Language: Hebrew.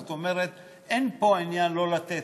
זאת אומרת, אין פה עניין לא לתת.